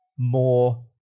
More